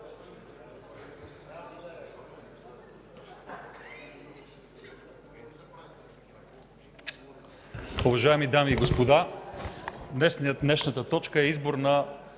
днешната точка е избор на